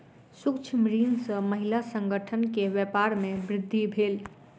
सूक्ष्म ऋण सॅ महिला संगठन के व्यापार में वृद्धि भेल